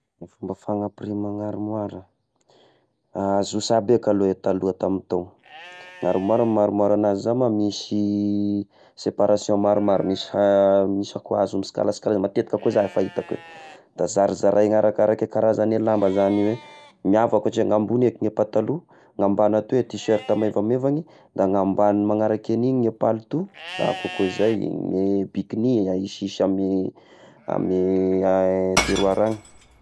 Ny fomba fanampirimagna armoira, azoso aby eka aloha i taloha tamy tao, ny armoira ny maha armoira agnazy iza ma, misy separation maromaro misy misy koa hazo misikalasikagny matetika koa izay fahitako eh, da zarizaray arakaraky karazagny i lamba zagny io, miavaka ohatry ny ambogny eky ny pataloha, ny ambany atoy e tisetra maivamaivany, da ny ambany manaraka an'igny ny palito na ko koa zay ny bikigni, isy-isy amy-amy tiroara agny.